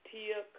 Tia